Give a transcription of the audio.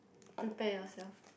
prepare yourself